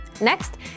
Next